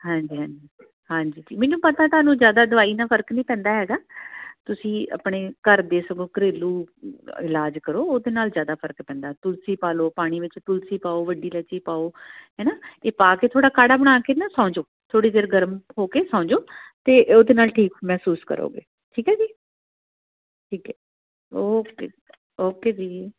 ਹਾਂਜੀ ਹਾਂਜੀ ਹਾਂਜੀ ਮੈਨੂੰ ਪਤਾ ਤੁਹਾਨੂੰ ਜ਼ਿਆਦਾ ਦਵਾਈ ਨਾਲ ਫਰਕ ਨਹੀਂ ਪੈਂਦਾ ਹੈਗਾ ਤੁਸੀਂ ਆਪਣੇ ਘਰ ਦੇ ਸਗੋਂ ਘਰੇਲੂ ਇਲਾਜ ਕਰੋ ਉਹਦੇ ਨਾਲ ਜ਼ਿਆਦਾ ਫਰਕ ਪੈਂਦਾ ਤੁਲਸੀ ਪਾ ਲਓ ਪਾਣੀ ਵਿੱਚ ਤੁਲਸੀ ਪਾਓ ਵੱਡੀ ਇਲਾਚੀ ਪਾਓ ਹੈ ਨਾ ਇਹ ਪਾ ਕੇ ਥੋੜ੍ਹਾ ਕਾੜ੍ਹਾ ਬਣਾ ਕੇ ਨਾ ਸੌਂ ਜਾਓ ਥੋੜ੍ਹੀ ਦੇਰ ਗਰਮ ਹੋ ਕੇ ਸੌਂ ਜਾਓ ਅਤੇ ਉਹਦੇ ਨਾਲ ਠੀਕ ਮਹਿਸੂਸ ਕਰੋਗੇ ਠੀਕ ਹੈ ਜੀ ਠੀਕ ਹੈ ਓਕੇ ਓਕੇ ਜੀ